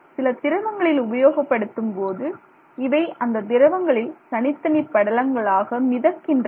சில திரவங்களில் உபயோகப்படுத்தும் போது இவை அந்த திரவங்களில் தனித்தனி படலங்களாக மிதக்கின்றன